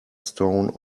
stone